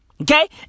Okay